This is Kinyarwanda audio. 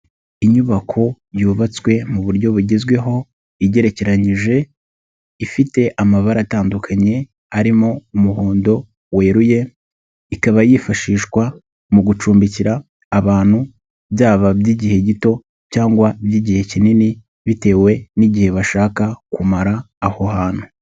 Inyubako yubatswe mu buryo bugezweho, igereranyije, ifite amabara atandukanye, arimo umuhondo weruye, ikaba yifashishwa mu gucumbikira abantu, byaba iby'igihe gito cyangwa by'igihe kinini, bitewe n'igihe bashaka kumara aho hantu.